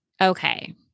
Okay